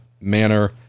manner